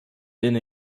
been